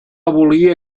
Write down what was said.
abolir